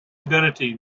identity